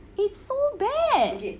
is so bad